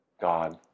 God